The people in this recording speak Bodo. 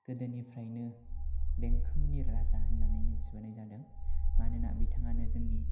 गोदोनिफ्रायनो देंखोमुनि राजा होननानै मिन्थिबोनाय जादों मानोना बिथाङानो जोंनि